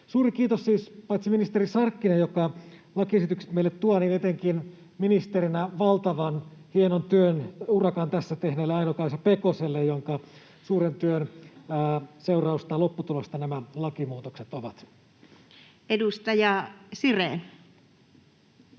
Suuri kiitos siis — paitsi ministeri Sarkkinen, joka lakiesitykset meille tuo — etenkin ministerinä valtavan hienon työn, urakan, tässä tehneelle Aino-Kaisa Pekoselle, jonka suuren työn seurausta ja lopputulosta nämä lakimuutokset ovat. [Speech